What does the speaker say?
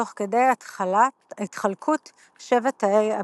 תוך כדי התחלקות שבט תאי ה-B.